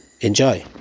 enjoy